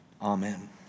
amen